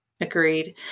Agreed